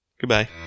Goodbye